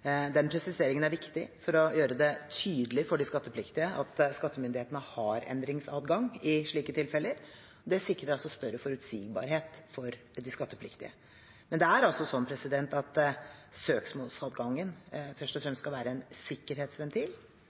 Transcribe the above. Den presiseringen er viktig for å gjøre det tydelig for de skattepliktige at skattemyndighetene har endringsadgang i slike tilfeller. Det sikrer altså større forutsigbarhet for de skattepliktige. Men søksmålsadgangen skal først og fremst være en sikkerhetsventil og